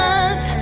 up